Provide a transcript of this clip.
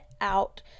out